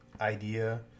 idea